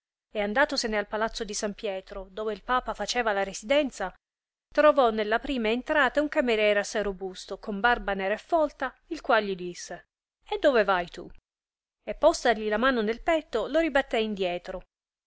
e andatosene al palazzo di san pietro dove il papa faceva la residenza trovò nella prima entrata un camariere assai robusto con barba nera e folta il qual gli disse e dove vai tu e postali la mano nel petto lo ribattè in